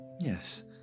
Yes